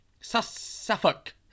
Suffolk